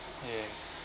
yeah